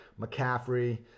McCaffrey